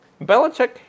Belichick